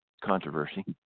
controversy